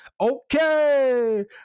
Okay